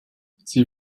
sie